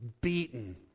beaten